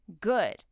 good